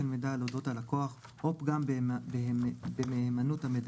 מידע על אודות הלקוח או פגם במהימנות המידע.